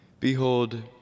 Behold